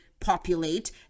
populate